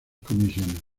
comisiones